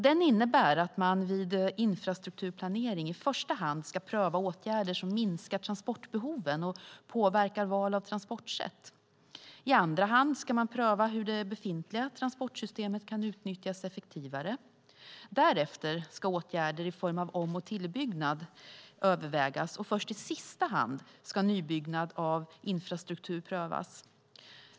Den innebär att man vid infrastrukturplanering i första hand ska pröva åtgärder som minskar transportbehoven och påverkar val av transportsätt. I andra hand ska man pröva hur det befintliga transportsystemet kan utnyttjas effektivare. Därefter ska åtgärder i form av om och tillbyggnad övervägas, och först i sista hand ska nybyggnad av infrastruktur prövas.